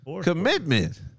commitment